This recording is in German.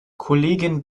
kollegin